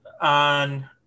on